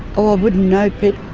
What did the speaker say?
oh, i wouldn't know pet.